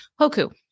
Hoku